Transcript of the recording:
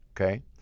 Okay